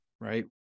right